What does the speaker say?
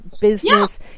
Business